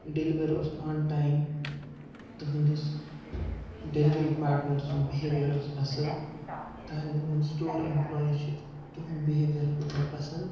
deliver اوس on time تٕہٕنٛدِس delivery partner سُنٛد بِہیوِیَر اوس اَصٕل تُہٕنٛدۍ زَن یِم سٹور اٮ۪مپلاے چھِ تُہُنٛد بِہیویَر کھوٚت مےٚ پَسنٛد